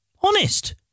Honest